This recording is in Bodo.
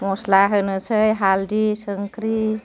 मस्ला होनोसै हालदै संख्रि